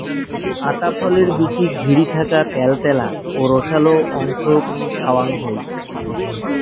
আতা ফলের বীচিক ঘিরি থাকা ত্যালত্যালা ও রসালো অংশক খাওয়াং হই